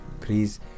Please